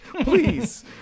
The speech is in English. please